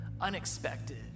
unexpected